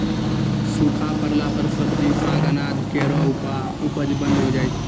सूखा परला पर सब्जी, साग, अनाज केरो उपज बंद होय जाय छै